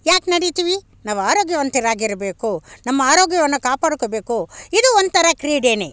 ಯಾಕೆ ನಡಿತೀವಿ ನಾವು ಆರೋಗ್ಯವಂತರಾಗಿರಬೇಕು ನಮ್ಮ ಆರೋಗ್ಯವನ್ನು ಕಾಪಾಡ್ಕೊಬೇಕು ಇದು ಒಂಥರ ಕ್ರೀಡೆಯೇ